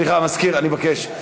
סליחה, אני מבקש.